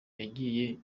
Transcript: yagiye